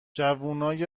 جوونای